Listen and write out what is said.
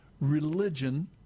religion